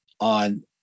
on